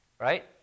right